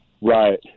Right